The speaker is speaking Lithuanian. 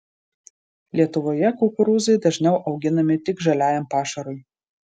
lietuvoje kukurūzai dažniau auginami tik žaliajam pašarui